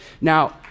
Now